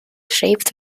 shaped